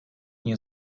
nie